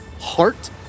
heart